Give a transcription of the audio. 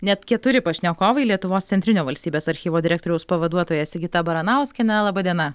net keturi pašnekovai lietuvos centrinio valstybės archyvo direktoriaus pavaduotoja sigita baranauskienė laba diena